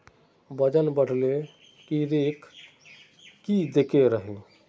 वजन बढे ले कीड़े की देके रहे?